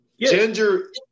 Ginger